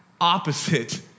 opposite